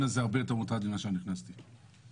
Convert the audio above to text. הזה הרבה יותר מוטרד ממה שנכנסתי אליו.